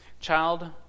Child